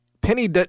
Penny